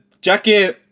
Jackie